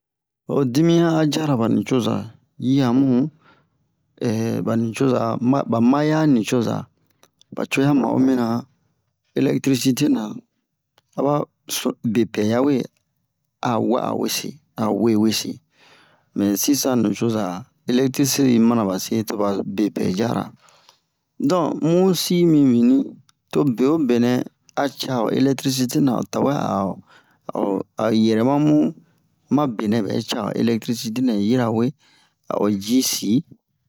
Ho dimiyan a jara ba nicoza yi'a mu ba nicoza ma ba maya nicoza ba co ya ma'o mina elɛktirisite na aba so bepɛ yawe a wa'a wese a we wese mɛ sisan nicoza elektirisite yi mana ba se to ba bepɛ yara don mu si yi mimini to bewobe nɛ a ca ho elektirisite na o tawɛ a'o a yɛrɛma mu ma benɛ bɛ ca ho elektirisite yirawe a'o ji si